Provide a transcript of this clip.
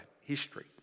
history